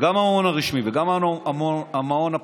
גם המעון הרשמי וגם המעון הפרטי,